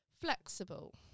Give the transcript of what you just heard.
flexible